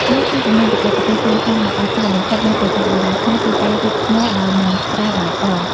មួយក្នុងចំណោមបច្ចេកទេសសាងសង់ដ៏អស្ចារ្យបំផុតនៃប្រាសាទបុរាណខ្មែរគឺការរៀបថ្មដោយមិនប្រើបាយអ។